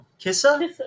Kissa